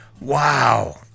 wow